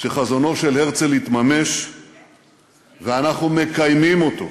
שחזונו של הרצל התממש ואנחנו מקיימים אותו,